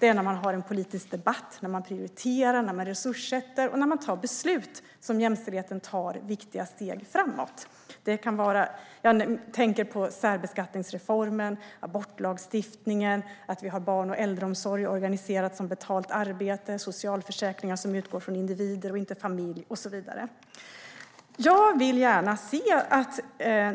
När det finns en politisk debatt, när det sker prioriteringar och fördelning av resurser samt när beslut fattas tar jämställdheten viktiga steg framåt. Jag tänker på särbeskattningsreformen, abortlagstiftningen, barn och äldreomsorgen organiserad som betalt arbete, socialförsäkringar som utgår från individer och inte familj, och så vidare. Jag vill gärna se att